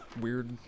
weird